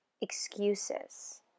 excuses